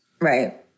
Right